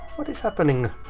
what is happening?